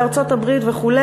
בארצות-הברית וכו',